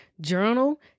journal